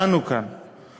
שידענו כאן.